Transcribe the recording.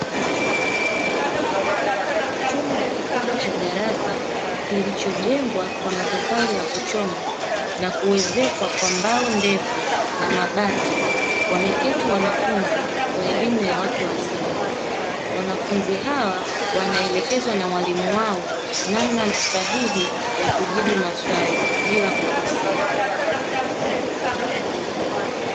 Chumba kikubwa cha darasa kilichojengwa kwa matofali ya kuchomwa, na kuezekwa kwa mbao ndefu na mabati. Wameketi wanafunzi wa elimu ya watu wazima, wanafunzi hawa wanaelekezwa na mwalimu wao namna sahihi ya kujibu maswali bila kukosea.